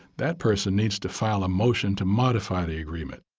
that person needs to file a motion to modify the agreement.